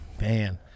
Man